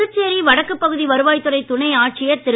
புதுச்சேரி வடக்கு பகுதி வருவாய் துறை துணை ஆட்சியர் திரு